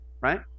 right